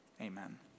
Amen